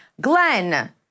Glenn